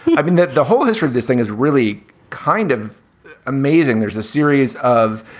i mean, the the whole history of this thing is really kind of amazing. there's a series of,